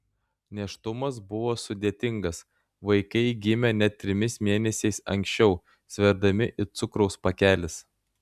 nėštumas buvo sudėtingas vaikai gimė net trimis mėnesiais anksčiau sverdami it cukraus pakelis